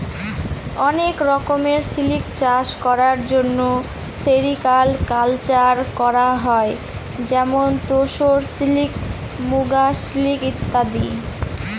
অনেক রকমের সিল্ক চাষ করার জন্য সেরিকালকালচার করা হয় যেমন তোসর সিল্ক, মুগা সিল্ক ইত্যাদি